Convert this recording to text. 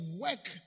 work